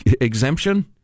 exemption